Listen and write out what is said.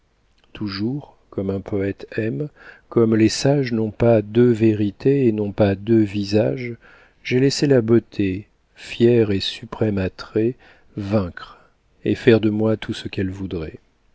toujours comme un poète aime comme les sages n'ont pas deux vérités et n'ont pas deux visages j'ai laissé la beauté fier et suprême attrait vaincre et faire de moi tout ce qu'elle voudrait